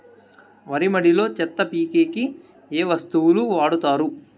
వరి మడిలో చెత్త పీకేకి ఏ వస్తువులు వాడుతారు?